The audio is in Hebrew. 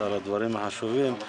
על הדברים החשובים.